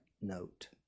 note